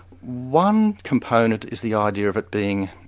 one component is the idea of it being,